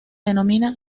denomina